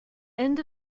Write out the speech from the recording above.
end